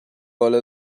حالو